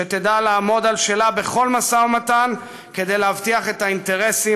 שתדע לעמוד על שלה בכל משא ומתן כדי להבטיח את האינטרסים